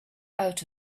out